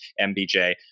MBJ